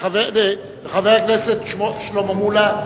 וחבר הכנסת שלמה מולה,